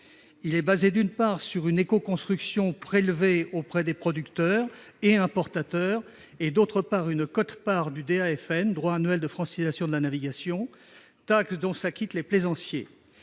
Il est fondé, d'une part, sur une éco-construction prélevée auprès des producteurs et importateurs, et, d'autre part, sur une quote-part du droit annuel de francisation et de navigation (DAFN), taxe dont s'acquittent les plaisanciers.